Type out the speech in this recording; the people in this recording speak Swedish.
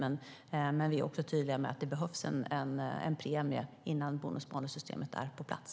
Men vi är tydliga med att det behövs en premie innan bonus-malus-systemet är på plats.